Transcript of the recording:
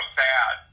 sad